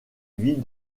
vit